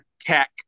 tech